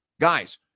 Guys